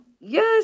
Yes